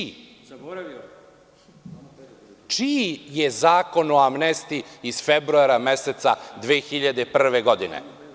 Čiji je Zakon o amnestiji iz februara meseca 2001. godine?